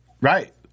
Right